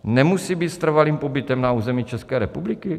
Nemusí být s trvalým pobytem na území České republiky?